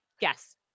yes